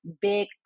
big